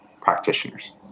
practitioners